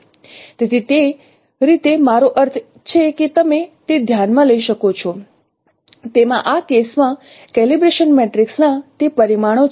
તેથી તે રીતે મારો અર્થ છે કે તમે તે ધ્યાન માં લઈ શકો છો તેમાં આ કેસ માં કેલિબ્રેશન મેટ્રિક્સ ના તે પરિમાણો છે